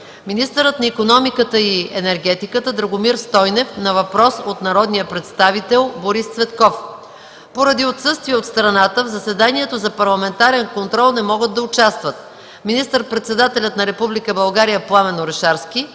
министърът на икономиката и енергетиката Драгомир Стойнев – на въпрос от народния представител Борис Цветков. Поради отсъствие от страната в заседанието за парламентарен контрол не могат да участват: министър-председателят на Република България Пламен Орешарски,